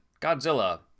Godzilla